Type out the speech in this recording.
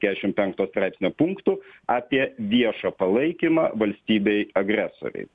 kiašim penkto straipsnio punktu apie viešą palaikymą valstybei agresorei